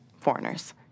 foreigners